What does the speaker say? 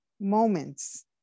moments